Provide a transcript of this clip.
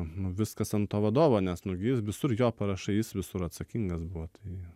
nu viskas ant to vadovo nes nu gi jis visur jo parašai jis visur atsakingas buvo tai